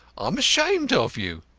i'm ashamed of you.